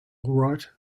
right